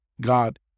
God